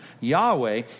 Yahweh